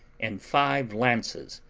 and five lances.